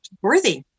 worthy